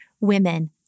women